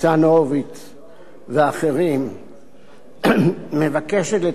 ואחרים מבקשת לתקן את חוק הפרשנות,